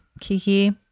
Kiki